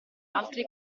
altri